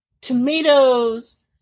tomatoes